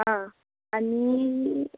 आं आनी